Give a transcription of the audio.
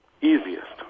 Easiest